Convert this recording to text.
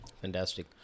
fantastic